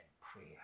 prayer